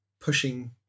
pushing